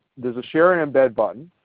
there is a share and embed button.